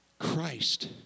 Christ